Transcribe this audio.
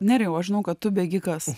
nerijau aš žinau kad tu bėgikas